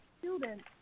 students